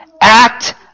act